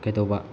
ꯀꯩꯗꯧꯕ